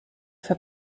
für